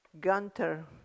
Gunter